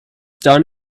done